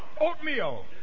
Oatmeal